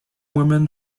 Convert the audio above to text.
women